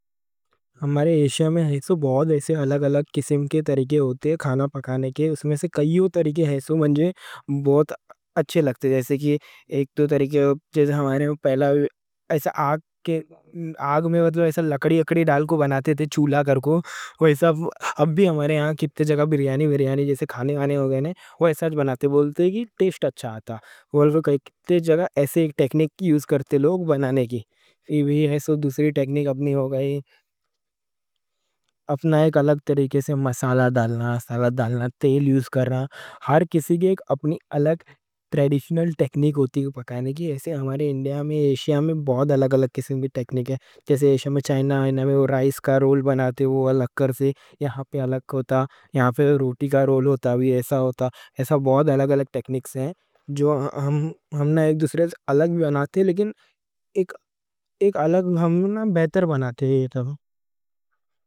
ہمارے ایشیا میں کھانا پکانے کے بہت الگ الگ طریقے ہوتے۔ اُس میں سے کئی طریقے بہت اچھے لگتے۔ ایک دو طریقے ہمارے — پہلا آگ میں لکڑی اکڑی ڈال کو چولہا کر کو بناتے تھے۔ اب بھی ہمارے ہاں کتے جگہ بریانی بریانی جیسے کھانے آنے ہو گئے ہیں، وہ ایسا بناتے بولتے ہیں کہ ٹیسٹ اچھا آتا۔ کتے جگہ ایسے ٹیکنک یوز کرتے لوگ بنانے کی۔ سو دوسری ٹیکنک اپنی ہو گئی: اپنا ایک الگ طریقے سے مسالہ ڈالنا، سالن ڈالنا، تیل یوز کرنا۔ ہر کسی کی اپنی الگ ٹریڈیشنل ٹیکنک ہوتی پکانے کی۔ ایسے ہمارے انڈیا میں، ایشیا میں بہت الگ الگ ٹیکنک ہے۔ جیسے ایشیا میں چائنا آئے، انہوں نے رائس کا رول بناتے، وہ الگ کر سے؛ یہاں پہ الگ ہوتا، یہاں پہ روٹی کا رول ہوتا بھی۔ ایسا ہوتا۔ ایسا بہت الگ الگ ٹیکنکس ہیں جو ہم ایک دوسرے سے الگ بھی بناتے، لیکن ایک الگ ہم بہتر بناتے۔